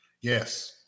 Yes